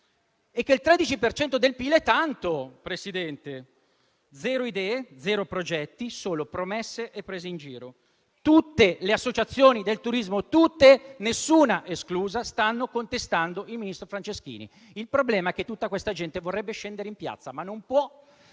che è tanto, signor Presidente. Zero idee e zero progetti, solo promesse e prese in giro. Tutte le associazioni del turismo, nessuna esclusa, stanno contestando il ministro Franceschini: il problema è che tutta questa gente vorrebbe scendere in piazza, ma non può,